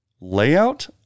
layout